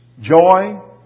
joy